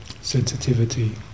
sensitivity